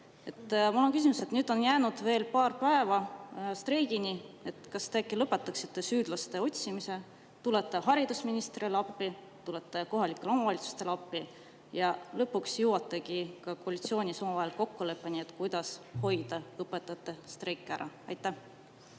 Mul on küsimus. On jäänud veel paar päeva streigini. Äkki te lõpetate süüdlaste otsimise, tulete haridusministrile appi, tulete kohalikele omavalitsustele appi ja lõpuks jõuate ka koalitsioonis omavahel kokkuleppele, kuidas hoida ära õpetajate streik? Aitäh!